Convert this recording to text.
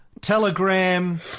telegram